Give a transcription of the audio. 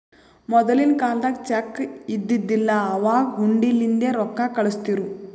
ಮೊದಲಿನ ಕಾಲ್ದಾಗ ಚೆಕ್ ಇದ್ದಿದಿಲ್ಲ, ಅವಾಗ್ ಹುಂಡಿಲಿಂದೇ ರೊಕ್ಕಾ ಕಳುಸ್ತಿರು